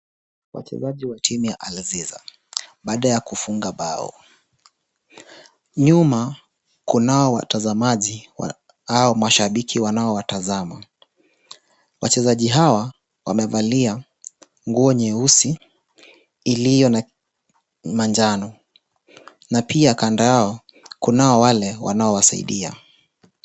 Wachwzaji wa timu ya Alzeza baada ya kufunga bao, nyuma kunao watazamaji wa, au mashabiki wanao watazama, Wachezaji hawa wamevalia, nguo nyeusi, iliyo na manjano, na pia kando yao kunao wale wanaowasaidia.